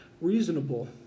reasonable